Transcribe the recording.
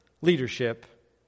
leadership